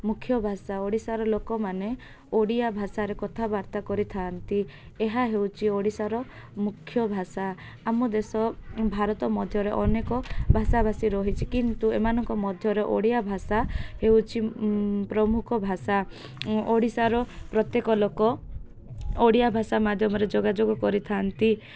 ମୁଖ୍ୟ ଭାଷା ଓଡ଼ିଶାର ଲୋକମାନେ ଓଡ଼ିଆ ଭାଷାରେ କଥାବାର୍ତ୍ତା କରିଥାନ୍ତି ଏହା ହେଉଛି ଓଡ଼ିଶାର ମୁଖ୍ୟ ଭାଷା ଆମ ଦେଶ ଭାରତ ମଧ୍ୟରେ ଅନେକ ଭାଷାଭାଷୀ ରହିଛି କିନ୍ତୁ ଏମାନଙ୍କ ମଧ୍ୟରେ ଓଡ଼ିଆ ଭାଷା ହେଉଛିି ପ୍ରମୁଖ ଭାଷା ଓଡ଼ିଶାର ପ୍ରତ୍ୟେକ ଲୋକ ଓଡ଼ିଆ ଭାଷା ମାଧ୍ୟମରେ ଯୋଗାଯୋଗ କରିଥାନ୍ତି